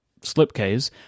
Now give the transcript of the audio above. slipcase